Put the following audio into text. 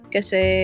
Kasi